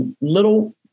little